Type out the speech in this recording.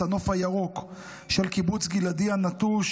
הנוף הירוק של קיבוץ כפר גלעדי הנטוש,